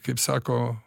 kaip sako